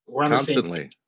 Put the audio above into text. Constantly